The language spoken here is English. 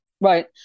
Right